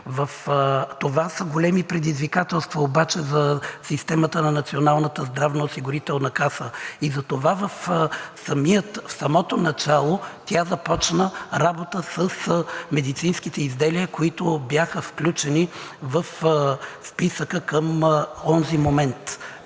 обаче са големи предизвикателства за системата на Националната здравноосигурителна каса и затова в самото начало тя започна работа с медицинските изделия, които бяха включени в списъка към онзи момент